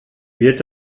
wird